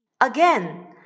Again